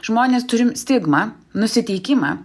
žmonės turim stigma nusiteikimą